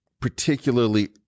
particularly